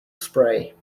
spray